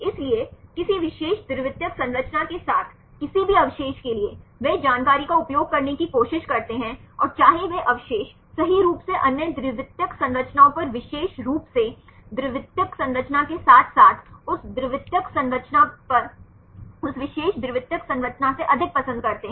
इसलिए किसी विशेष द्वितीयक संरचना के साथ किसी भी अवशेष के लिए वे जानकारी का उपयोग करने की कोशिश करते हैं और चाहे वह अवशेष सही रूप से अन्य द्वितीयक संरचनाओं पर विशेष रूप से द्वितीयक संरचना के साथ साथ उस द्वितीयक संरचना पर उस विशेष द्वितीयक संरचना से अधिक पसंद करते हैं